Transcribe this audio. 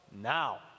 now